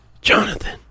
Jonathan